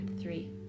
three